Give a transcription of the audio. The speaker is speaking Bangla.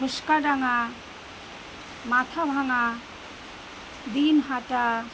ঘোসকাডাঙ্গা মাথাভাঙা দিনহাটা